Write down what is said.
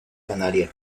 canaria